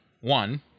One